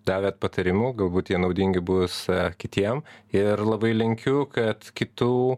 davėt patarimų galbūt jie naudingi bus kitiem ir labai linkiu kad kitų